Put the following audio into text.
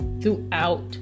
throughout